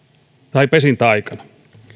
tai pesintäaikana